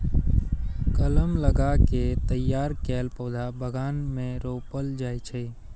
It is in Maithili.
कलम लगा कें तैयार कैल पौधा बगान मे रोपल जाइ छै